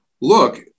look